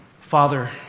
Father